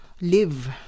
live